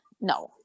No